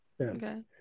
Okay